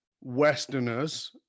Westerners